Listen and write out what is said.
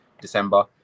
December